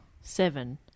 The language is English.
Seven